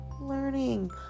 learning